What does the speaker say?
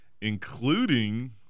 including